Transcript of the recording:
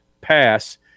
pass